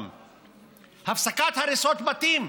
5. הפסקת הריסות בתים.